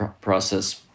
process